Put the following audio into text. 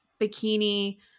bikini